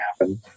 happen